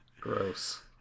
Gross